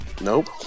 Nope